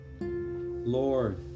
Lord